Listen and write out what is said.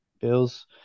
Bills